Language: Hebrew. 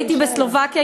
הייתי בסלובקיה,